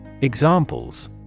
Examples